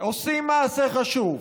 עושים מעשה חשוב.